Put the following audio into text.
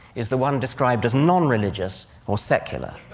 is the one described as non-religious or secular.